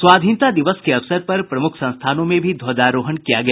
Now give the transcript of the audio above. स्वाधीनता दिवस के अवसर पर प्रमुख संस्थानों में भी ध्वजारोहण किया गया